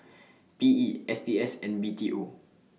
P E S T S and B T O